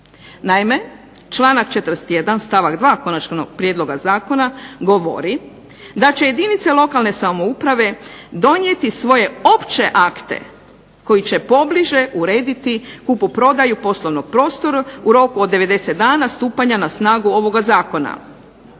Naime, članak 41. stavak 2. Konačnog prijedloga zakona govori da će jedinice lokalne samouprave donijeti svoje opće akte koji će pobliže urediti kupoprodaju poslovnog prostora u roku od 90 dana stupanja na snagu ovoga zakona.